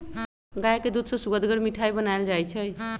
गाय के दूध से सुअदगर मिठाइ बनाएल जाइ छइ